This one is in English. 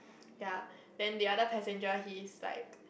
ya then the other passenger he's like